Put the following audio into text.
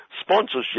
Sponsorship